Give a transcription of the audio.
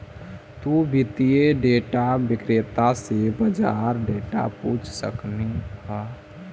तु वित्तीय डेटा विक्रेता से बाजार डेटा पूछ सकऽ हऽ